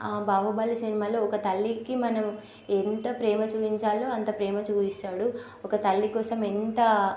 బాహుబలి సినిమాలో ఒక తల్లికి మనం ఎంత ప్రేమ చూపించాలో అంత ప్రేమ చూపిస్తాడు ఒక తల్లి కోసం ఎంత